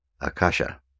Akasha